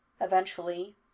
Eventually